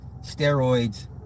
steroids